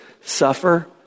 suffer